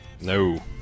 No